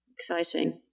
exciting